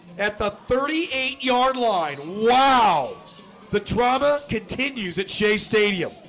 at the thirty eight yard line wow the trauma continues at shea stadium